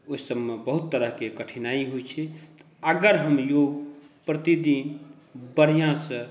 ओहि सभमे बहुत तरहके कठिनाइ होइत छै अगर हम योग प्रतिदिन बढ़िआँसँ